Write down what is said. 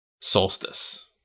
solstice